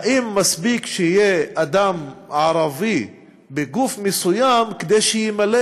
האם מספיק שיהיה אדם ערבי בגוף מסוים כדי שימלא